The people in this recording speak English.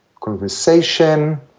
conversation